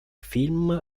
film